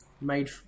made